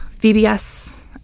VBS